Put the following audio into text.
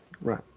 right